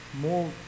more